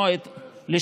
אני שומע, אני שומע.